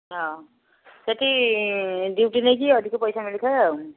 ହଁ ସେଇଠି ଡ଼୍ୟୁଟି ନେଇକି ଅଧିକ ପଇସା ମିଳିଥାଏ ଆଉ